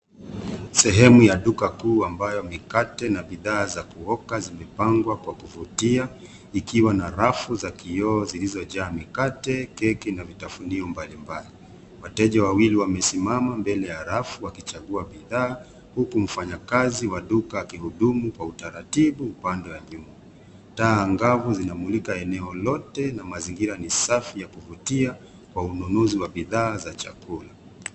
Sehemu ya duka kuu mabapo mikate na bidhaa za kuoka zimepangwa kwa kuvutia ikiwa na rafu za kioo zilizoaa mikate, keki na vitafunio mbalimbali. Wateja wawili wamesimama mbele ya rafu wakichagua bidhaa huku mfanyakazi wa duka akihudumu kwa utaratibu upande wa juu. Taa angavu zinamulika eneolote na mazingira ni safi ya kuvutia kwa ununuzi wa bidhaa za chakula.